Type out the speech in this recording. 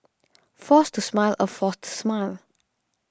force to smile a forced smile